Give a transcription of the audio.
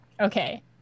Okay